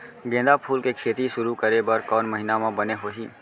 गेंदा फूल के खेती शुरू करे बर कौन महीना मा बने होही?